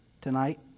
tonight